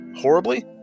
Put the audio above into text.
horribly